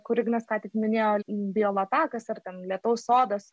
kur ignas ką tik minėjo biolatakas ar ten lietaus sodas